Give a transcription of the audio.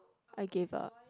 I gave up